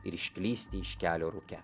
ir išklysti iš kelio rūke